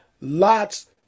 Lot's